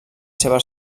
seva